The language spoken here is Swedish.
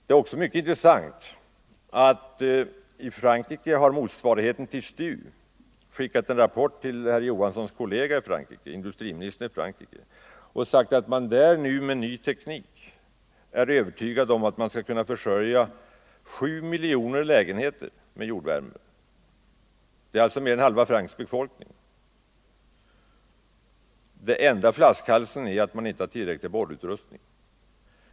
Det är också mycket intressant att konstatera att i Frankrike har motsvarigheten till STU skickat en rapport till den franske industriministern och sagt att man med ny teknik är övertygad om att kunna försörja 7 miljoner lägenheter med jordvärme. Detta innebär alltså mer än halva Frankrikes befolkning. Enda flaskhalsen är att man inte har tillräcklig borrutrustning.